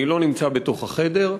אני לא נמצא בתוך החדר,